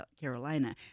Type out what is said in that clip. Carolina